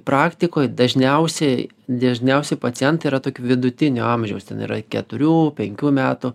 praktikoj dažniausiai dažniausiai pacientai yra tokio vidutinio amžiaus ten yra keturių penkių metų